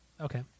okay